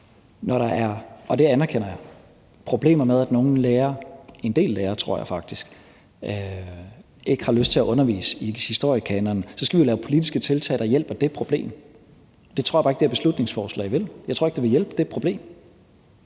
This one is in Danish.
når der er, og det anerkender jeg, problemer med, at nogle lærere – en del lærere, tror jeg faktisk – ikke har lyst til at undervise i historiekanonen, skal vi lave politiske tiltag, der hjælper på det problem. Det tror jeg bare ikke det her beslutningsforslag vil. Jeg tror ikke, det vil hjælpe på det problem.